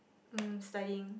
um studying